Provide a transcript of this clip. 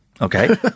Okay